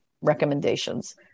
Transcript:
recommendations